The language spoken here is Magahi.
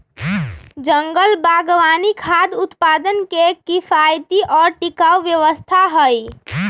जंगल बागवानी खाद्य उत्पादन के किफायती और टिकाऊ व्यवस्था हई